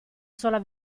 sola